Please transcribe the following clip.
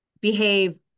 behave